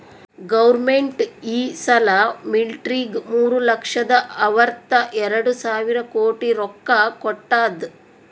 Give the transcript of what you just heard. government ಈ ಸಲಾ ಮಿಲ್ಟ್ರಿಗ್ ಮೂರು ಲಕ್ಷದ ಅರ್ವತ ಎರಡು ಸಾವಿರ ಕೋಟಿ ರೊಕ್ಕಾ ಕೊಟ್ಟಾದ್